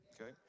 Okay